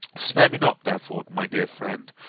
spare me not, therefore, my dear friend,